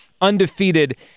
undefeated